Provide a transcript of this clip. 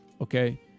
Okay